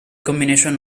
combination